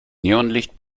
neonlicht